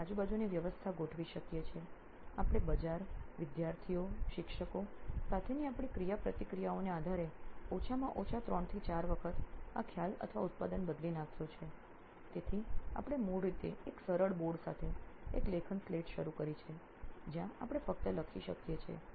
તેની આજુબાજુની વ્યવસ્થા ગોઠવી શકીએ છીએ આપણે બજાર વિદ્યાર્થીઓ શિક્ષકો સાથેની આપણી ક્રિયાપ્રતિક્રિયાઓને આધારે ઓછામાં ઓછા 3 થી 4 વખત આ ખ્યાલ અથવા ઉત્પાદન બદલી નાખ્યો છે તેથી આપણે મૂળ રીતે એક સરળ બોર્ડ સાથે એક લેખન સ્લેટ શરૂ કરી છે જ્યાં આપણે ફક્ત લખી શકીએ છીએ